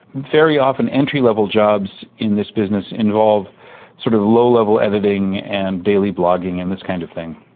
very often entry-level jobs in this business involve sort of low-level editing and daily blogging and this kind of thing,